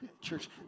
Church